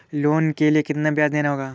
Loan के लिए कितना ब्याज देना होगा?